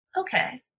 Okay